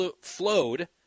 flowed